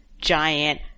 giant